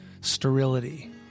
sterility